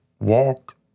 walk